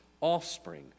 offspring